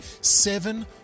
seven